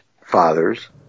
fathers